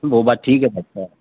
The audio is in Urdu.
وہ بات ٹھیک ہے